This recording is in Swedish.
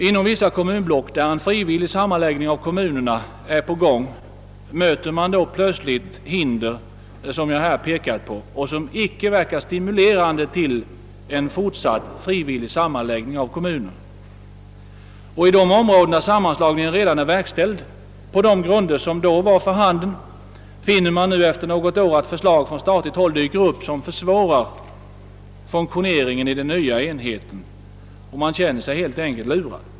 Inom vissa kommunblock, där en frivillig sammanläggning av kommunerna är på gång, möter man då plötsligt hinder som jag här pekat på och som icke stimulerar till en fortsatt frivillig sammanläggning av kommuner. I de områden, där sammanslagningen redan är verkställd på de grunder som varit för handen, finner man efter något år att det från statligt håll dyker upp förslag som försvårar den nya enhetens funktion. Man känner sig helt enkelt lurad.